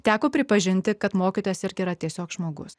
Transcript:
teko pripažinti kad mokytojas irgi yra tiesiog žmogus